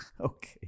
Okay